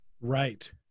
right